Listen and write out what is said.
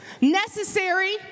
necessary